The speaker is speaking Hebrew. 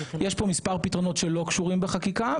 יש פה מספר פתרונות שלא קשורים בחקיקה,